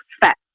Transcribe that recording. fat